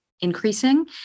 increasing